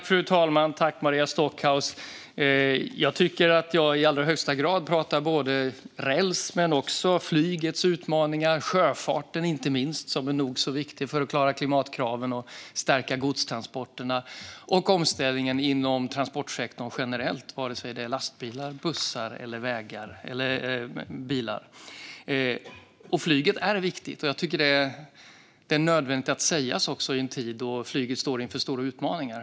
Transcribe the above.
Fru talman! Jag tycker att jag i allra högsta grad pratar inte bara om räls utan också om flygets utmaningar, om sjöfarten som är nog så viktig för att klara klimatkraven och stärka godstransporterna och om omställningen inom transportsektorn generellt, vare sig det handlar om lastbilar, bussar eller bilar. Flyget är viktigt. Det tycker jag är nödvändigt att säga i en tid då flyget står inför stora utmaningar.